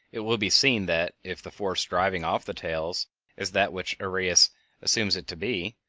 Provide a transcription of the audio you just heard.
it will be seen that, if the force driving off the tails is that which arrhenius assumes it to be,